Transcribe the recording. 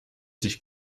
dich